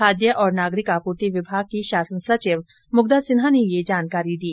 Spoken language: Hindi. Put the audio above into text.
खाद्य और नागरिक आपूर्ति विभाग की शासन सचिव मुग्धा सिन्हा ने ये जानकारी दी